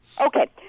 okay